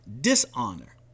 dishonor